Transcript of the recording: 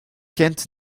kent